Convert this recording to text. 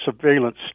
surveillance